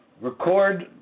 Record